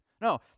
No